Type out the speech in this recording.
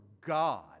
God